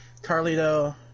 Carlito